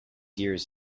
years